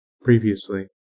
previously